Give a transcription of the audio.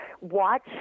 watch